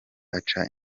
aca